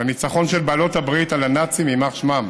והניצחון של בעלות הברית על הנאצים, יימח שמם,